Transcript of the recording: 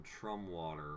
Trumwater